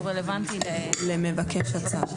הוא רלוונטי --- למבקש הצו.